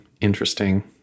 interesting